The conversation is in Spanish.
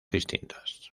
distintas